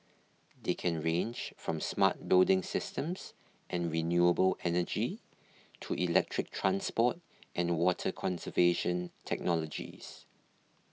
they can range from smart building systems and renewable energy to electric transport and water conservation technologies